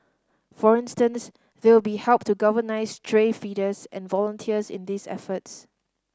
for instance they will be help to galvanise stray feeders and volunteers in these efforts